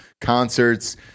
Concerts